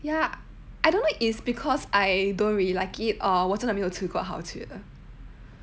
ya I don't know is because I don't really like it or 我真的没有吃过好吃的